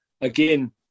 again